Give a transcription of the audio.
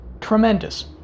tremendous